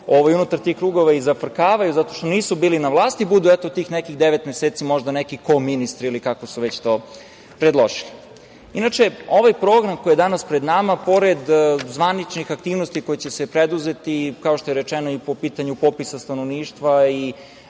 unutar tih krugova i zafrkavaju zato što nisu bili na vlasti, budu, eto, tih nekih devet meseci možda neki koministri ili kako su već to predložili. Ovaj program koji je danas pred nama, pored zvaničnih aktivnosti koje će se preduzeti, kao što je rečeno, i po pitanju popisa stanovništva i